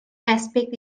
aspect